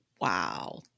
Wow